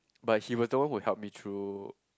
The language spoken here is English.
but he was the one who help me through